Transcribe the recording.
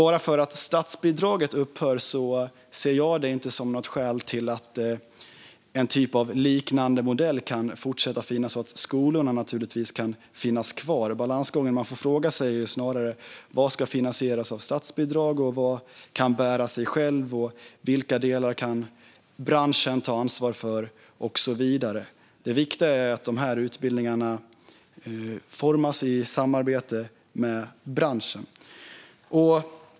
Bara för att statsbidraget upphör ser jag inte något skäl till att en typ av liknande modell inte kan fortsätta finnas så att skolorna naturligtvis kan finnas kvar. Balansgången handlar snarare om vad som ska finansieras med statsbidrag, vad som kan bära sig själv, vilka delar som branschen kan ta ansvar för och så vidare. Det viktiga är att dessa utbildningar formas i samarbete med branschen.